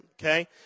okay